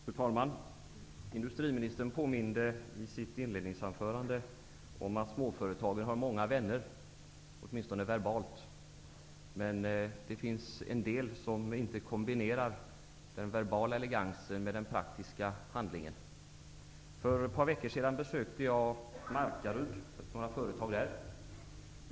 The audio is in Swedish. Fru talman! Industriministern påminde i sitt inledningsanförande om att småföretagen har många vänner, åtminstone verbalt. Men det finns en del som inte kombinerar den verbala elegansen med den praktiska handlingen. För ett par veckor sedan besökte jag några företag i Markaryd.